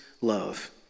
love